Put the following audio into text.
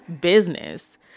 business